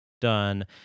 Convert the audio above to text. done